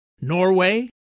Norway